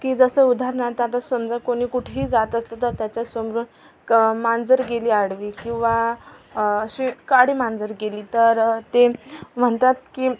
की जसं उदाहरणार्थ आता समजा कोणी कुठेही जात असलं तर त्याच्या समोरून मांजर गेली आडवी किंवा अशी काळी मांजर गेली तर ते म्हणतात की